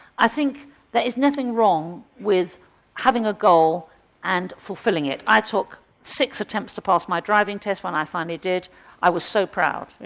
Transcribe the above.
i think there is nothing wrong with having a goal and fulfilling it. i took six attempts to pass my driving test, when i finally did i was so proud,